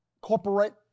corporate